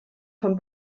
von